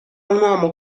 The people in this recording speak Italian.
uomo